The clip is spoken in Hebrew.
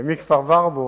ומכפר-ורבורג,